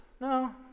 no